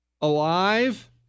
alive